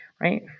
right